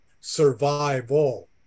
survival